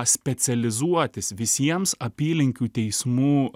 specializuotis visiems apylinkių teismų